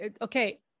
Okay